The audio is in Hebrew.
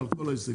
על כל הסעיפים?